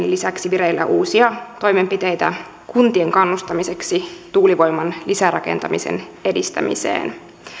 lisäksi vireillä uusia toimenpiteitä kuntien kannustamiseksi tuulivoiman lisärakentamisen edistämiseen